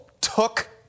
took